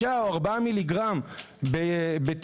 6 מ"ג או 4 מ"ג לאדם בטיפה,